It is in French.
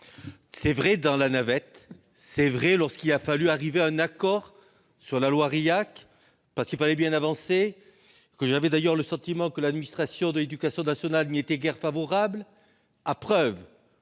a été vrai dans la navette pour aboutir à un accord sur la loi Rilhac, parce qu'il fallait bien avancer ! J'avais d'ailleurs le sentiment que l'administration de l'éducation nationale n'y était guère favorable. À preuve,